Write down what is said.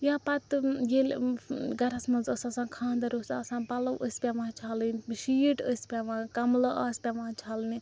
یا پَتہٕ ییٚلہِ گھرَس مَنٛز ٲس آسان خانٛدَر اوس آسان پَلوٚو ٲسۍ پیٚوان چھَلٕنۍ شیٖٹ ٲسۍ پیٚوان کَملہٕ آسہٕ پیٚوان چھَلنہِ